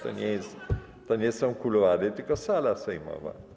To nie jest komisja, to nie są kuluary, tylko sala sejmowa.